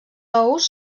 ous